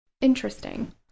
Interesting